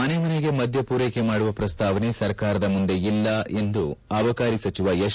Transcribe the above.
ಮನೆ ಮನೆಗೆ ಮದ್ಯ ಪೂರೈಕೆ ಮಾಡುವ ಪ್ರಸ್ತಾವನೆ ಸರ್ಕಾರದ ಮುಂದೆ ಇಲ್ಲ ಎಂದು ಅಬಕಾರಿ ಸಚಿವ ಎಚ್